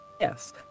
Yes